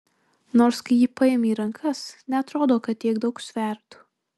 nors kai jį paimi į rankas neatrodo kad tiek daug svertų